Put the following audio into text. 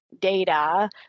data